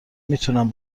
میتونم